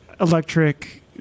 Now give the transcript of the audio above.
electric